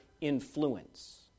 influence